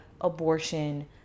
abortion